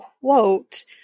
quote